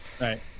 Right